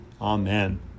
Amen